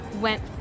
went